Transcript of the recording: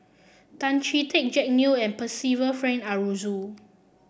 Tan Chee Teck Jack Neo and Percival Frank Aroozoo